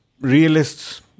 Realists